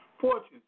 fortunes